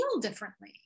differently